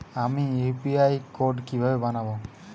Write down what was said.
আমি UPI code কিভাবে বানাব?